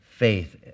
faith